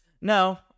No